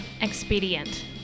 Expedient